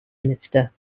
minister